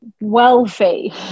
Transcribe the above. wealthy